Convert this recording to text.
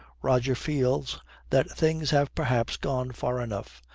roger feels that things have perhaps gone far enough.